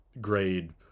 grade